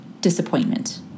disappointment